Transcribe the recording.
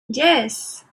yes